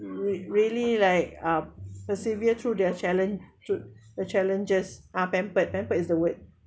really like uh persevered through their challenge through the challenges uh pampered pampered is the word